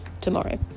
tomorrow